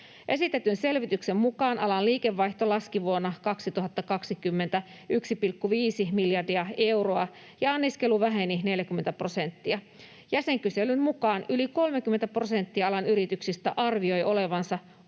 Esitetyn selvityksen mukaan alan liikevaihto laski 1,5 miljardia euroa vuonna 2020 ja anniskelu väheni 40 prosenttia. Jäsenkyselyn mukaan yli 30 prosenttia alan yrityksistä arvioi olevansa